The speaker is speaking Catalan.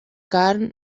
carn